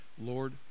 Lord